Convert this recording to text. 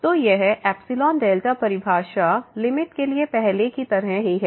तो यह epsilon delta परिभाषा लिमिट के लिए पहले की तरह ही है